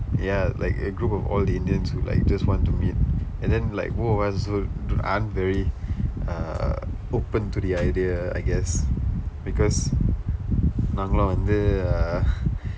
ya like a group of all the indians who like just want to meet and then like both of us also aren't very err open to the idea I guess because நாங்களும் வந்து:naangkalum vandthu uh